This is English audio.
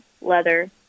leather